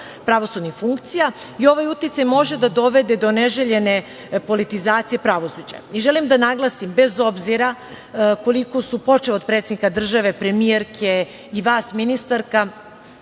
pravosudnih funkcija i ovaj uticaj može da dovede do neželjene politizacije pravosuđa. Želim da naglasim, bez obzira koliko se, počev od predsednika države, premijerke i vas ministarka,